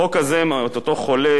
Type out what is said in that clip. החוק הזה, אותו חולה